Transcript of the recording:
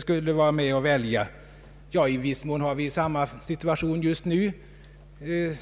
skulle få vara med och välja. I viss mån har vi samma situation just nu.